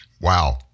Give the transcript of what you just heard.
Wow